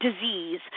disease